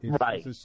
Right